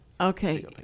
Okay